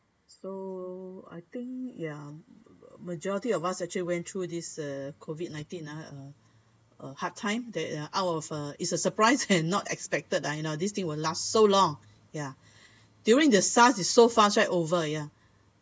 ya so I I think ya majority of us actually went through this uh COVID nineteen ah uh a hard time that uh out of uh it's a surprise and not expected and this thing will last so long ya during the SARS is so fast right over yeah